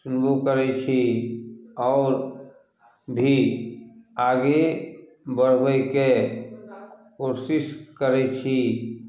सुनबो करैत छी आओर भी आगे बढ़बैके कोशिश करैत छी